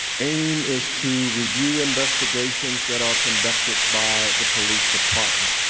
aim is to review investigations that are conducted by the police department.